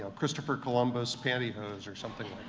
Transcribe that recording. christopher columbus pantyhose or something